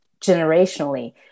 generationally